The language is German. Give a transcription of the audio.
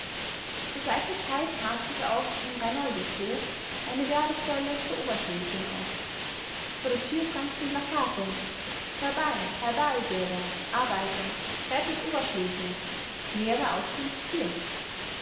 zu gleicher zeit tat sich auch im reinoldushof eine werbestelle für oberschlesien auf vor der tür prangten plakate herbei herbei bürger arbeiter rettet oberschlesien nähere auskunft hier